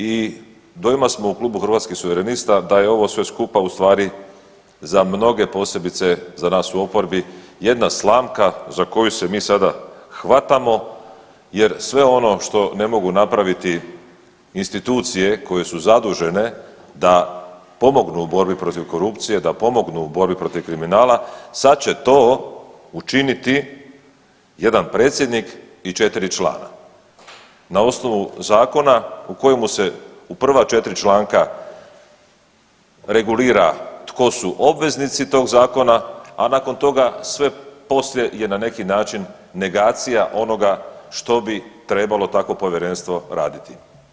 I dojma smo u klubu Hrvatskih suverenista da je ovo sve skupa u stvari za mnoge, posebice za nas u oporbi jedna slamka za koju se mi sada hvatamo jer sve ono što ne mogu napraviti institucije koje su zadužene da pomognu u borbi protiv korupcije, da pomognu u borbi protiv kriminala sad će to učiniti jedan predsjednik i četiri člana na osnovu zakona u kojemu se u prva četiri članka regulira tko su obveznici tog zakona, a nakon toga sve poslije je na neki način negacija onoga što bi trebalo tako povjerenstvo raditi.